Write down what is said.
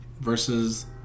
versus